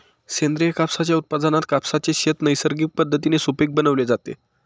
सेंद्रिय कापसाच्या उत्पादनात कापसाचे शेत नैसर्गिक पद्धतीने सुपीक बनवले जाते